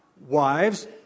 wives